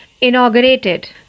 Inaugurated